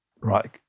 Right